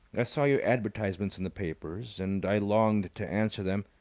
i saw your advertisements in the papers, and i longed to answer them,